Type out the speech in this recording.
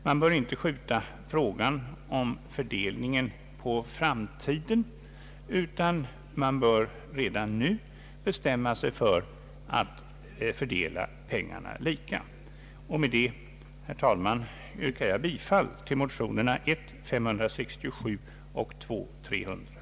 Man bör inte skjuta frågan om fördelningen på framtiden, utan man bör redan nu bestämma sig för att fördela pengarna lika.